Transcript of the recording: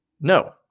No